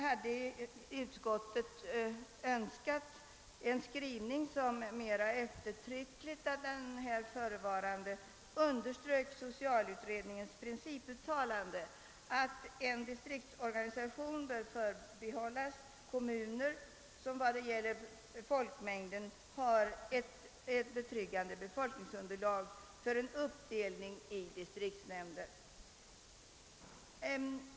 Jag hade önskat en skrivning som mer eftertryckligt än den nu föreliggande underströk socialutredningens principuttalande, att en distriktsorganisation bör förbehållas kommuner som har ett betryggande befolkningsunderlag för uppdelning i distriktsnämnder.